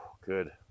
good